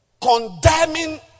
condemning